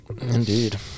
Indeed